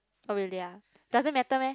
oh really ah doesn't matter meh